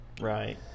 Right